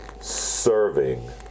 serving